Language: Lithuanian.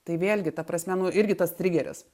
tai vėlgi ta prasme nu irgi tas trigeris